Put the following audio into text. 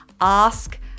Ask